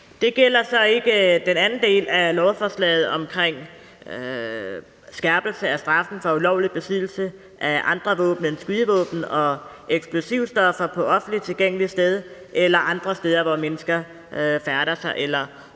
Det gælder så ikke den anden del af lovforslaget om skærpelse af straffen for ulovlig besiddelse af andre våben end skydevåben og eksplosivstoffer på offentligt tilgængeligt sted eller andre steder, hvor mennesker færdes eller